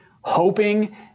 hoping